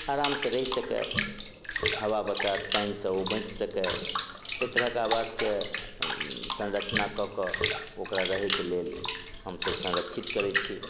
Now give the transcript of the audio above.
आरामसँ रहि सकै हवा बसात पानिसँ ओ बचि सकै ताहि तरहके आवासके संरचना कऽ कऽ ओकरा रहैके लेल हमसभ संरक्षित करै छी